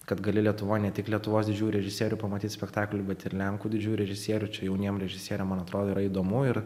kad gali lietuva ne tik lietuvos didžiųjų režisierių pamatyt spektaklių bet ir lenkų didžiųjų režisierių čia jauniem režisieriam man atrodo yra įdomu ir